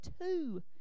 two